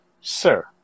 Sir